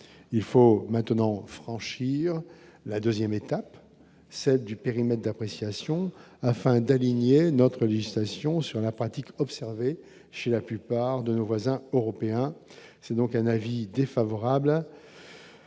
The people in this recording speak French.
il faut maintenant franchir la 2ème étape, celle du périmètre d'appréciation afin d'aligner notre législation sur la pratique observée chez la plupart de nos voisins européens, c'est donc un avis défavorable.